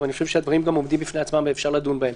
אבל אני חושב שהדברים גם עומדים בפני עצמם ואפשר לדון בהם,